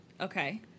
Okay